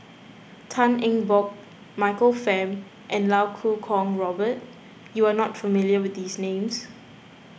Tan Eng Bock Michael Fam and Iau Kuo Kwong Robert you are not familiar with these names